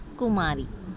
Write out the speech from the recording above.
కుమారి